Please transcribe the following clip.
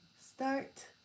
Start